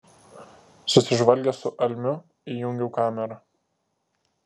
susižvalgęs su almiu įjungiau kamerą